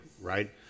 right